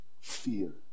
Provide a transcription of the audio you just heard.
Fear